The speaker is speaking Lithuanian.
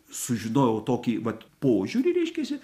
sužinojau tokį vat požiūrį reiškiasi